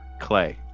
clay